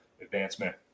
advancement